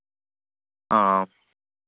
ആം